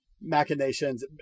machinations